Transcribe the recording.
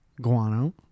Guano